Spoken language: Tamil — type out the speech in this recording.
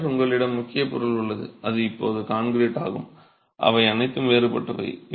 பின்னர் உங்களிடம் முக்கிய பொருள் உள்ளது அது இப்போது கான்கிரீட் ஆகும் அவை அனைத்தும் வேறுபட்டவை